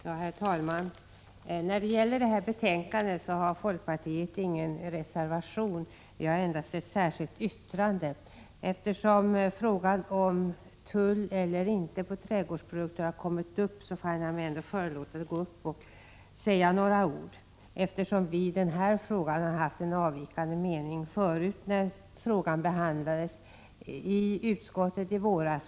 Herr talman! Folkpartiet har ingen reservation till detta betänkande utan endast ett särskilt yttrande. Eftersom frågan om tull eller inte tull på trädgårdsprodukter har kommit upp, finner jag mig föranlåten att säga några ord. Vi hade ju en avvikande mening i den här frågan då den behandlades i utskottet i våras.